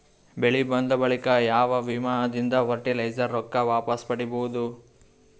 ಬೆಳಿ ಬಂದ ಬಳಿಕ ಯಾವ ವಿಮಾ ದಿಂದ ಫರಟಿಲೈಜರ ರೊಕ್ಕ ವಾಪಸ್ ಪಡಿಬಹುದು?